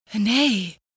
Nay